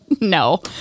No